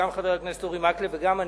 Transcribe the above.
גם חבר הכנסת אורי מקלב וגם אני,